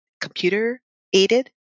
computer-aided